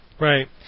right